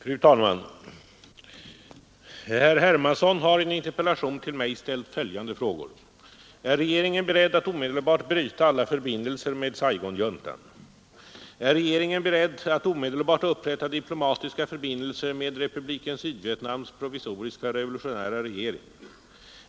Fru talman! Herr Hermansson har i en interpellation till mig ställt följande frågor: ”Är regeringen beredd att omedelbart bryta alla förbindelser med Saigonjuntan? Är regeringen beredd att omedelbart upprätta diplomatiska förbindelser med Republiken Sydvietnams provisoriska revolutionära regering?